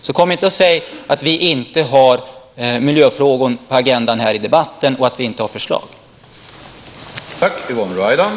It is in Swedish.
Kom därför inte och säg att vi inte har miljöfrågor och förslag på agendan i debatten!